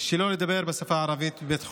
לדבר בשפה הערבית בבית החולים.